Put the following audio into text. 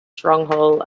stronghold